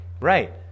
Right